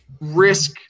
risk